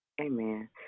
Amen